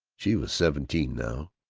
she was seventeen now.